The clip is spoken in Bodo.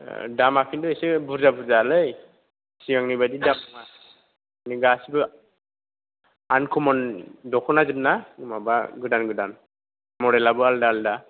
दामा खिन्थु एसे बुरजा बुरजालै सिगांनि बादि दाम नङा मानि गासिबो आनकमन दख'नाजोब ना माबा गोदान गोदान मदेलाबो आलादा आलादा